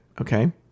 Okay